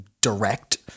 direct